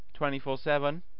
24-7